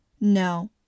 No